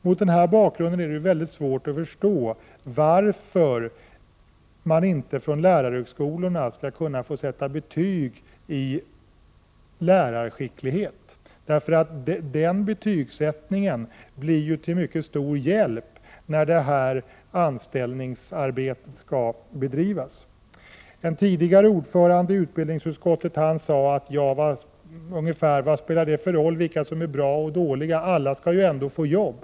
Mot den bakgrunden är det svårt att förstå varför inte lärarhögskolorna skulle få sätta betyg i lärarskicklighet. En sådan betygsättning blir ju till mycket stor hjälp i anställningsarbetet. En tidigare ordförande i utbildningsutskottet har sagt ungefär så här: Vad spelar det för roll vilka som är bra eller dåliga? Alla skall ju ändå få jobb.